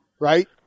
Right